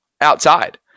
outside